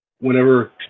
whenever